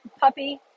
puppy